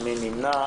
מי נמנע?